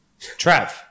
Trav